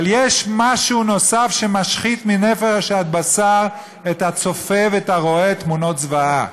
אבל יש משהו נוסף שמשחית מנפש עד בשר את הצופה ואת הרואה תמונות זוועה.